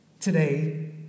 today